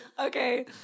Okay